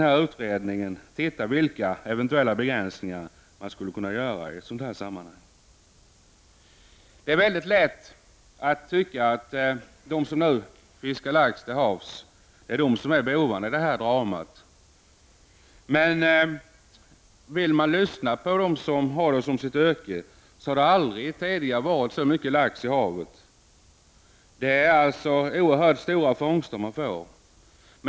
I utredningen borde man dock titta på vilka begränsningar man skulle kunna göra i ett sådant här sammanhang. Det är väldigt lätt att tycka att de som nu fiskar lax till havs är bovarna i dramat. Om man lyssnar på dem som har fiske som yrke, säger de att det aldrig tidigare har funnits så mycket lax i havet. De får således oerhört stora fångster.